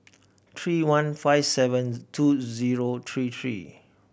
three one five seven two zero three three